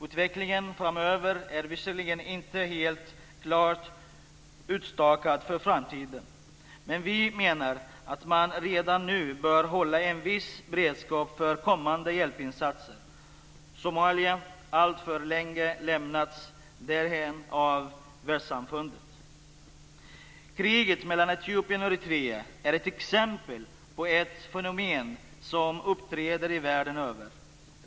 Utvecklingen framöver är visserligen inte helt klart utstakad för framtiden. Men vi menar att man redan nu bör hålla en viss beredskap för kommande hjälpinsatser. Somalia har alltför länge lämnats därhän av världssamfundet. Kriget mellan Etiopien och Eritrea är ett exempel på ett fenomen som uppträder världen över.